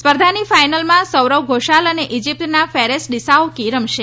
સ્પર્ધાની ફાઈનલમાંસૌરવ ઘોષાલ અને ઈજિપ્તના ફેરેસ ડીસાઉકી રમશે